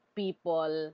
people